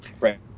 Right